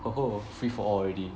confirm free for all already